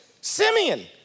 Simeon